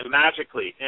magically